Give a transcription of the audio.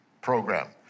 program